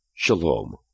Shalom